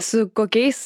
su kokiais